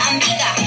Amiga